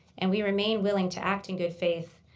and we remain willing to act in good faith,